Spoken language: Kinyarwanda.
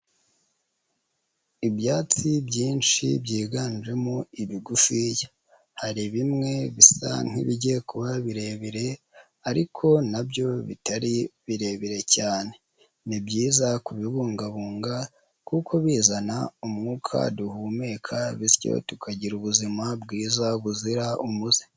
Ibyatsi byinshi byiganjemo ibigufiya, hari bimwe bisa nk'ibigiye kuba birebire ariko na byo bitari birebire cyane, ni byiza kubibungabunga kuko bizana umwuka duhumeka bityo tukagira ubuzima bwiza buzira umuze.